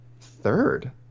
third